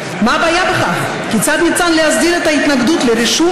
והם העלו במלוא החומרה את הנושאים שמעסיקים